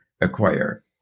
acquire